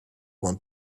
want